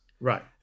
Right